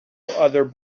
other